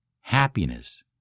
Happiness